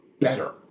better